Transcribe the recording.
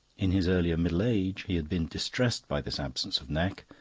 in his earlier middle age he had been distressed by this absence of neck,